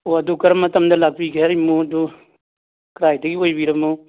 ꯑꯣ ꯑꯗꯨ ꯀꯔꯝ ꯃꯇꯝꯗ ꯂꯥꯛꯄꯤꯒꯦ ꯍꯥꯏꯔꯤꯕꯅꯣ ꯑꯗꯨ ꯀꯗꯥꯏꯗꯒꯤ ꯑꯣꯏꯕꯤꯔꯕꯅꯣ